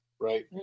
right